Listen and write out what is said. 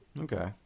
Okay